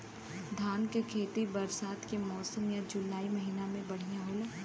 धान के खेती बरसात के मौसम या जुलाई महीना में बढ़ियां होला?